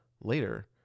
later